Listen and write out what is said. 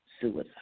suicide